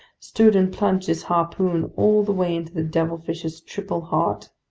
stood and plunged his harpoon all the way into the devilfish's triple heart.